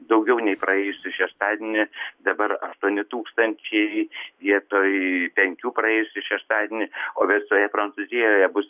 daugiau nei praėjusį šeštadienį dabar aštuoni tūkstančiai vietoj penkių praėjusį šeštadienį o visoje prancūzijoje bus